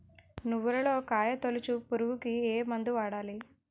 నువ్వులలో కాయ తోలుచు పురుగుకి ఏ మందు వాడాలి?